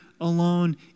alone